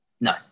No